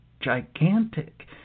gigantic